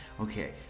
Okay